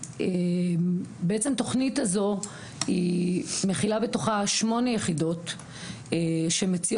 בעצם התוכנית הזו היא מכילה בתוכה שמונה יחידות שמציעות